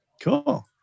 Cool